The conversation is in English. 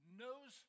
knows